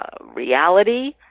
reality